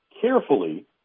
carefully